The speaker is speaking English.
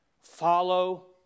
follow